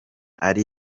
ari